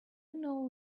know